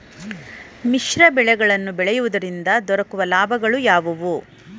ಮಿಶ್ರ ಬೆಳೆಗಳನ್ನು ಬೆಳೆಯುವುದರಿಂದ ದೊರಕುವ ಲಾಭಗಳು ಯಾವುವು?